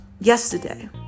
yesterday